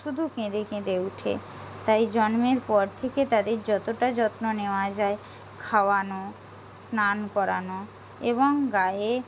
শুদু কেঁদে কেঁদে উঠে তাই জন্মের পর থেকে তাদের যতোটা যত্ন নেওয়া যায় খাওয়ানো স্নান করানো এবং গায়ে